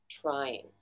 trying